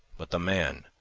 but the man,